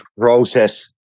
process